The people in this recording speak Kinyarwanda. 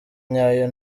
nyayo